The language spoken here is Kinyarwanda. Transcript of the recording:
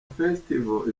festival